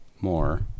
More